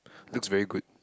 looks very good